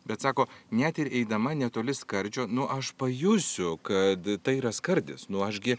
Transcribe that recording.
bet sako net ir eidama netoli skardžio nu aš pajusiu kad tai yra skardis nu aš gi